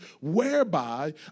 whereby